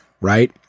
right